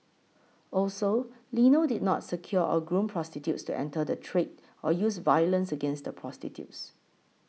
also Lino did not secure or groom prostitutes to enter the trade or use violence against the prostitutes